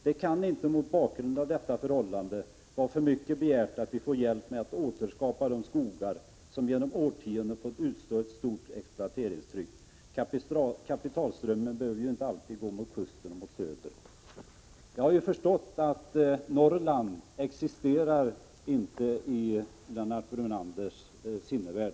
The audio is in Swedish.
Det kan inte, mot bakgrund av detta förhållande, vara för mycket begärt att vi får hjälp med att återskapa de skogar som genom årtionden fått utstå ett stort exploateringstryck. Kapitalströmmen behöver ju inte alltid gå mot kusten och mot söder.” Jag har förstått att Norrland inte existerar i Lennart Brunanders sinnevärd.